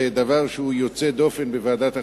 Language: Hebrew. זה דבר שהוא יוצא דופן בוועדת החוקה,